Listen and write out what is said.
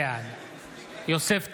בעד יוסף טייב,